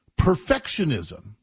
Perfectionism